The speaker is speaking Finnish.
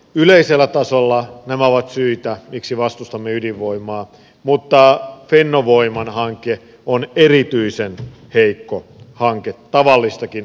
yleisellä tasolla nämä ovat syitä miksi vastustamme ydinvoimaa mutta fennovoiman hanke on erityisen heikko hanke tavallistakin huonompi hanke